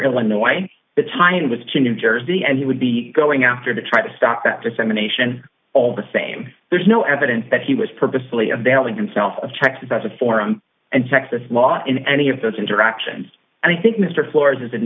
illinois the tie in was to new jersey and he would be going after to try to stop that dissemination all the same there's no evidence that he was purposely availing himself of texas as a forum and texas law in any of those interactions and i think mr flo